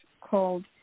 called